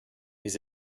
his